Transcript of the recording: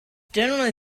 generally